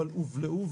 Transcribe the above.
אבל הובלעו.